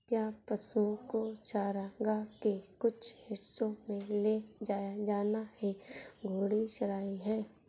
क्या पशुओं को चारागाह के कुछ हिस्सों में ले जाया जाना ही घूर्णी चराई है?